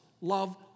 Love